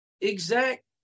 exact